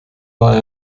war